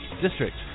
district